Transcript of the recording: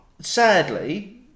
sadly